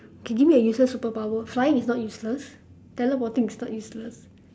can give me a useless superpower flying is not useless teleporting is not useless